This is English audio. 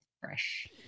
fresh